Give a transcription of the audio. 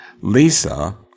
Lisa